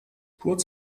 kurz